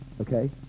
okay